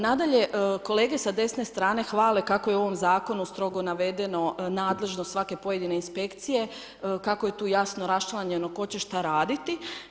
Nadalje, kolege s desne strane hvale kako je u ovom zakonu strogo navedeno nadležnost svake pojedine inspekcije, kako je tu jasno raščlanjeno tko će šta raditi.